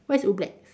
what is Ublex